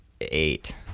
eight